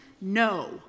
no